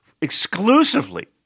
exclusively